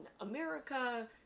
America